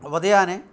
ఉదయాన్నే